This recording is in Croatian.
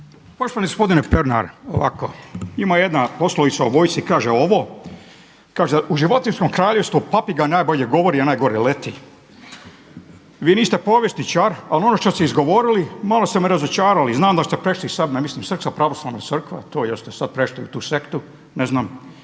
Poštovani gospodine Pernar, ovako. Ima jedna poslovica o vojsci kaže ovo: „Kaže u životinjskom kraljevstvu papiga najbolje govori, a najgore leti.“ Vi niste povjesničar, ali ono što ste izgovorili malo ste me razočarali. Znam da ste prešli sad na mislim …/Govornik se ne razumije./… jer ste sad prešli u tu sektu. Ne znam,